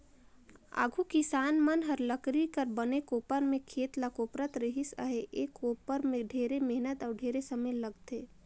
आघु किसान मन हर लकरी कर बने कोपर में खेत ल कोपरत रिहिस अहे, ए कोपर में ढेरे मेहनत अउ ढेरे समे लगथे